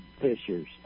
fishers